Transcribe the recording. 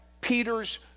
Peter's